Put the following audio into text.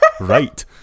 right